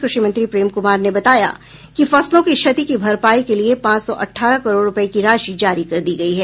कृषि मंत्री प्रेम कुमार ने बताया कि फसलो की क्षति की भरपाई के लिये पांच सौ अठारह करोड़ रूपये की राशि जारी कर दी गयी है